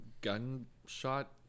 gunshot